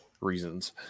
reasons